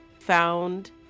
found